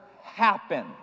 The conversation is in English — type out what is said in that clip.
happen